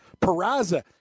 Peraza